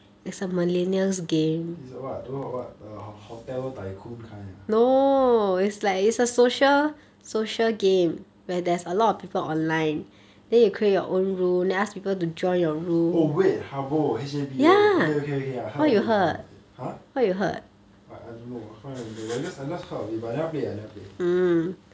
is a what don't know got what the hotel tycoon kind ah oh wait habbo H A B O okay okay okay I heard of it before !huh! what I don't know I can't remember but it just I just heard of it but I never played I never played